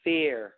Fear